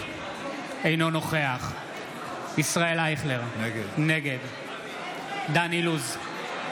אינו נוכח ישראל אייכלר, נגד דן אילוז,